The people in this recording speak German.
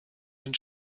den